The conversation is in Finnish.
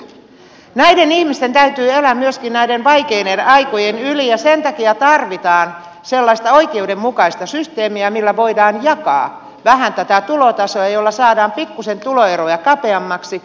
näiden ihmisten täytyy elää myöskin näiden vaikeiden aikojen yli ja sen takia tarvitaan sellaista oikeudenmukaista systeemiä jolla voidaan jakaa vähän tätä tulotasoa ja jolla saadaan pikkusen tuloeroja kapeammaksi